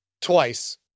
twice